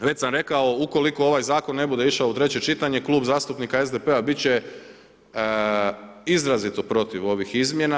Već sam rekao, ukoliko ovaj zakon ne bude išao u treće čitanje Klub zastupnika SDP-a bit će izrazito protiv ovih izmjena.